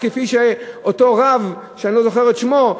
כפי שאותו רב שאני לא זוכר את שמו,